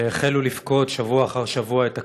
שהחלו לפקוד שבוע אחר שבוע את הכנסת.